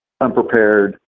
unprepared